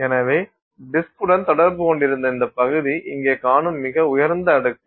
எனவே டிஸ்க் உடன் தொடர்பு கொண்டிருந்த இந்த பகுதி இங்கே காணும் மிக உயர்ந்த அடுக்கு